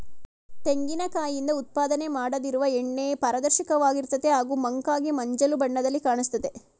ತೆಂಗಿನ ಕಾಯಿಂದ ಉತ್ಪಾದನೆ ಮಾಡದಿರುವ ಎಣ್ಣೆ ಪಾರದರ್ಶಕವಾಗಿರ್ತದೆ ಹಾಗೂ ಮಂಕಾಗಿ ಮಂಜಲು ಬಣ್ಣದಲ್ಲಿ ಕಾಣಿಸ್ತದೆ